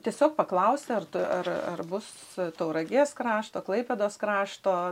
tiesiog paklausė ar tu ar bus su tauragės krašto klaipėdos krašto